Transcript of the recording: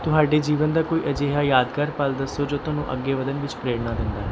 ਤੁਹਾਡੇ ਜੀਵਨ ਦਾ ਕੋਈ ਅਜਿਹਾ ਯਾਦਗਾਰ ਪਲ ਦੱਸੋ ਜੋ ਤੁਹਾਨੂੰ ਅੱਗੇ ਵੱਧਣ ਵਿੱਚ ਪ੍ਰੇਰਨਾ ਦਿੰਦਾ ਹੈ